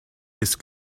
ist